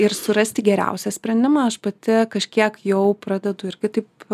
ir surasti geriausią sprendimą aš pati kažkiek jau pradedu irgi taip